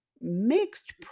mixed